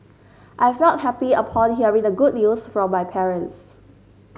I felt happy upon hearing the good news from my parents